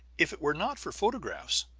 if it were not for photographs,